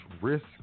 risk